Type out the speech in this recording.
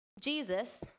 Jesus